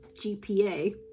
GPA